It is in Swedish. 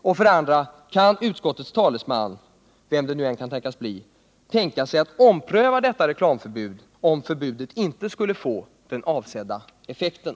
Och kan utskottets talesman — vem det nu än blir — tänka sig att ompröva detta reklamförbud, om förbudet inte skulle få den avsedda effekten?